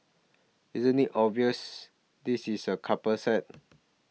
isn't it obvious this is a couple set